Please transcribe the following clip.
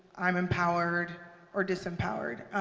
i'm empowered or disempowered,